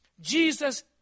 Jesus